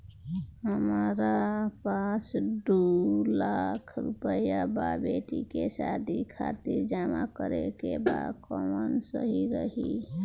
हमरा पास दू लाख रुपया बा बेटी के शादी खातिर जमा करे के बा कवन सही रही?